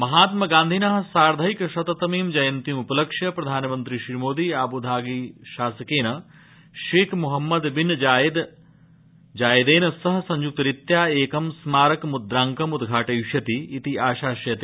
महात्मगान्धिन सर्थैकशततमीं जयन्तीम् उपलक्ष्य प्रधानमन्त्री श्रीमोदी Abu Dhabi शासकेन Sheikh Mohammad bin जायदेन सह संयुक्तरीत्या एक स्मारकमुद्रांकम् उद्घाटथिष्यति इति आशास्यते